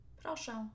proszę